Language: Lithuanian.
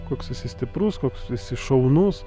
koks esi stiprus koks tu esi šaunus